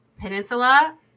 Peninsula